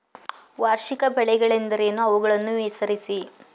ವಾರ್ಷಿಕ ಬೆಳೆಗಳೆಂದರೇನು? ಅವುಗಳನ್ನು ಹೆಸರಿಸಿ?